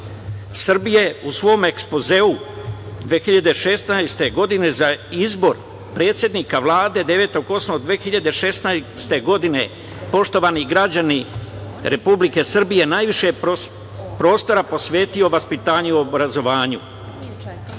Srbije u svom ekspozeu 2016. godine za izbor predsednika Vlade 9. avgusta 2016. godine, poštovani građani Republike Srbije, najviše prostora posvetio vaspitanju i obrazovanju.